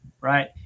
right